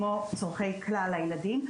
כמו צורכי כלל הילדים.